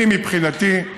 אני, מבחינתי,